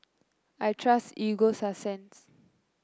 I trust Ego Sunsense